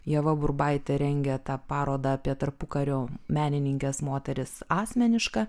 ieva burbaitė rengė tą parodą apie tarpukario menininkes moteris asmeniška